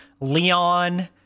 Leon